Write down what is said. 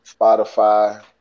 Spotify